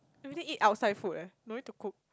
everyday eat outside food eh no need to cook